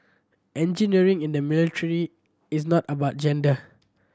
engineering in the military is not about gender